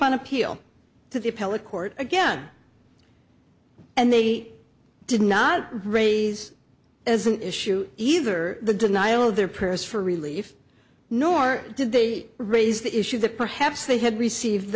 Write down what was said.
on appeal to the appellate court again and they did not raise as an issue either the denial of their prayers for relief nor did they raise the issue that perhaps they had received